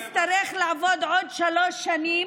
היא תצטרך לעבוד עוד שלוש שנים,